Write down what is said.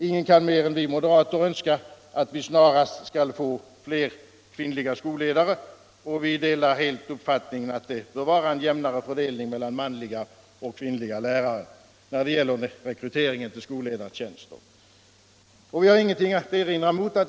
Ingen kan mer än vi moderater önska att det snarast skall bli fler kvinnliga skolledare, och vi delar helt uppfattningen att det bör vara en jämnare fördelning mellan manliga och kvinnliga lärare när det gäller rekryte ringen till skolledartjänster. Vi har — det vill jag särskilt replikera till.